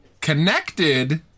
connected